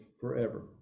forever